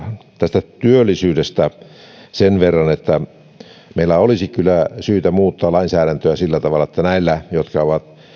tästä työllisyydestä sen verran että meillä olisi kyllä syytä muuttaa lainsäädäntöä sillä tavalla että näillä jotka ovat